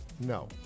No